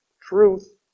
Truth